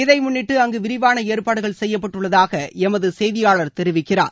இதை முன்னிட்டு அங்கு விரிவான ஏற்பாடுகள் செய்யப்பட்டுள்ளதாக எமது செய்தியாளர் தெரிவிக்கிறார்